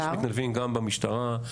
יש מתנדבים גם במשטרה.